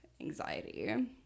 anxiety